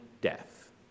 death